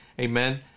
Amen